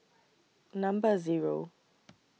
Number Zero